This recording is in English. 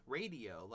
radio